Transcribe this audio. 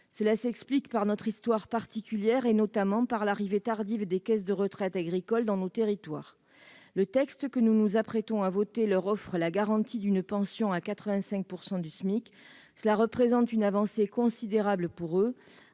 Cela s'explique par notre histoire particulière, notamment l'arrivée tardive des caisses de retraite agricole dans nos territoires. « Le texte que nous nous apprêtons à voter leur offre la garantie d'une pension à 85 % du SMIC. Cela représente une avancée considérable pour eux